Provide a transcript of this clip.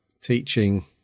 teaching